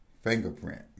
fingerprint